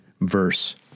verse